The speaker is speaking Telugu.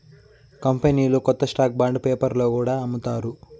కంపెనీలు కొత్త స్టాక్ బాండ్ పేపర్లో కూడా అమ్ముతారు